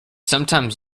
sometimes